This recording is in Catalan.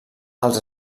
els